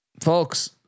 folks